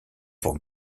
pour